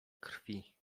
krwi